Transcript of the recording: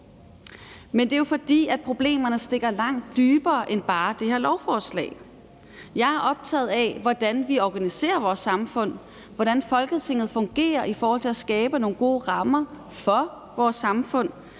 Det er jo, fordi problemerne stikker langt dybere end bare det her lovforslag. Jeg er optaget af, hvordan vi organiserer vores samfund, hvordan Folketinget fungerer i forhold til at skabe nogle gode rammer for vores samfund,